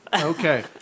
Okay